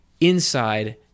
inside